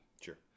Sure